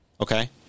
okay